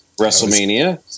WrestleMania